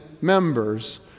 members